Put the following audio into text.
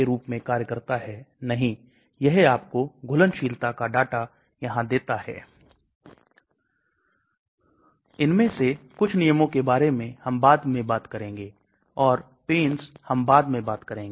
इसी कारण से विभिन्न प्रकार की दवाओं के लिए यह हमेशा बताया जाता है कि उनको वास्तविकता में पहले या बाद में कब लेना है